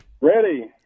Ready